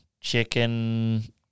chicken